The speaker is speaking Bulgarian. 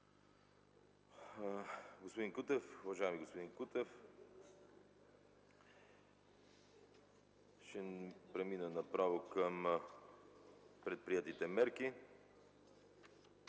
в 12,00 ч. Уважаеми господин Кутев, ще премина направо към предприетите мерки.